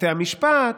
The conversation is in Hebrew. בתי המשפט.